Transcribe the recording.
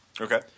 Okay